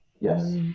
yes